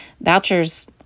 Vouchers